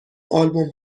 آلبوم